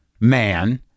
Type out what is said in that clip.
man